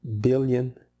billion